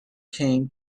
came